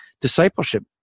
discipleship